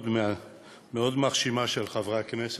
עם נוכחות מאוד מרשימה של חברי הכנסת.